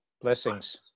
blessings